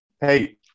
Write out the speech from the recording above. hey